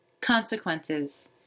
Consequences